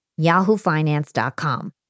yahoofinance.com